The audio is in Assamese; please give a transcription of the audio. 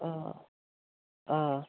অঁ অঁ